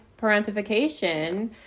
parentification